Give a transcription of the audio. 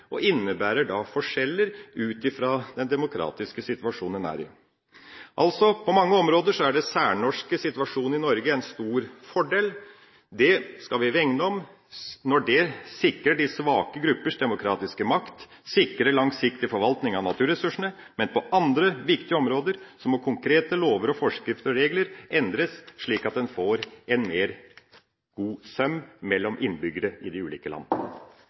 innebærer forskjeller ut fra den demokratiske situasjonen en er i. Altså: På mange områder er den særnorske situasjonen i Norge en stor fordel. Det skal vi hegne om når det sikrer de svake gruppers demokratiske makt, sikrer langsiktig forvaltning av naturressursene, men på andre viktige områder må konkrete lover, forskrifter og regler endres, slik at en får en bedre søm mellom innbyggerne i de ulike land.